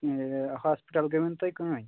hospital گٔے ونہٕ تُہۍ کٕہٕنۍ